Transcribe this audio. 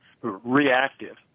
reactive